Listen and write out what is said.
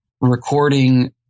recording